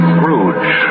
Scrooge